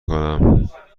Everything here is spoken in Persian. کنم